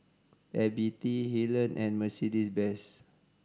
F B T Helen and Mercedes Benz